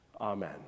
Amen